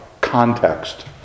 context